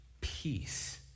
peace